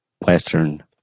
Western